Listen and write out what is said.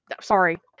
sorry